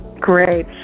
Great